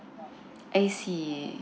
I see